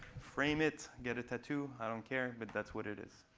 frame it, get a tattoo, i don't care but that's what it is.